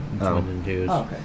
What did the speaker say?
okay